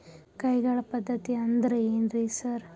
ಕೈಗಾಳ್ ಪದ್ಧತಿ ಅಂದ್ರ್ ಏನ್ರಿ ಸರ್?